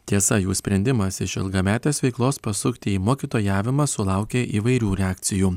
tiesa jų sprendimas iš ilgametės veiklos pasukti į mokytojavimą sulaukė įvairių reakcijų